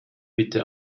bitte